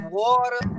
water